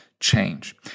Change